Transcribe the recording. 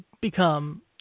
become